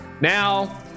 Now